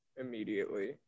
immediately